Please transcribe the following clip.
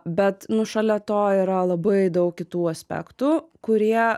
bet nu šalia to yra labai daug kitų aspektų kurie